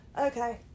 Okay